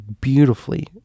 beautifully